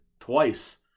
Twice